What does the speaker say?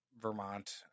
Vermont